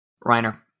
Reiner